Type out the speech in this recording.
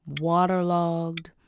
waterlogged